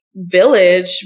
Village